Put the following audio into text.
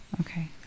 Okay